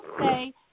say